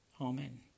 Amen